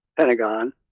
Pentagon